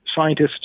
scientists